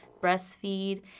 breastfeed